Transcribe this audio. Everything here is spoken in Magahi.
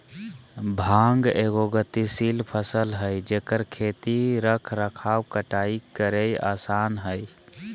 भांग एगो गतिशील फसल हइ जेकर खेती रख रखाव कटाई करेय आसन हइ